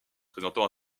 présentant